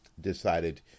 decided